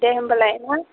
दे होनबालाय ना